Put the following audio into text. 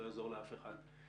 לא יעזור לאף אחד.